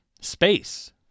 space